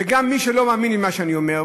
וגם מי שלא מאמין למה שאני אומר,